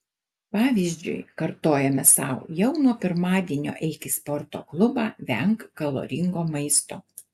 pavyzdžiui kartojame sau jau nuo pirmadienio eik į sporto klubą venk kaloringo maisto